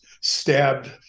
stabbed